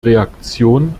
reaktion